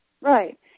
Right